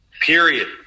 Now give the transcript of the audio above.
Period